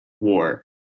war